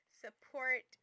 support